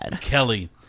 Kelly